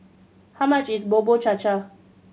how much is Bubur Cha Cha